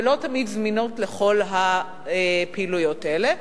ולא תמיד זמינות לכל הפעילויות האלה.